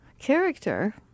Character